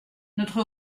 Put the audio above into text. notre